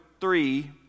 three